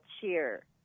cheer